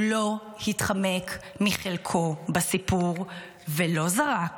הוא לא התחמק מחלקו בסיפור ולא זרק